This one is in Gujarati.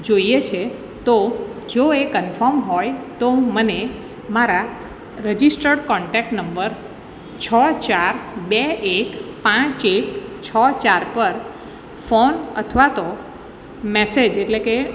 જોઈએ છે તો જો એ કનફોમ હોય તો મને મારા રજિસ્ટર્ડ કોન્ટેક નંબર છ ચાર બે એક પાંચ એક છ ચાર પર ફોન અથવા તો મેસેજ એટલે કે